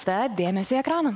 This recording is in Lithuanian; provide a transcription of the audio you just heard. tad dėmesio į ekraną